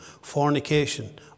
fornication